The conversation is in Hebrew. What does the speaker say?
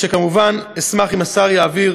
כמובן, אשמח אם השר יעביר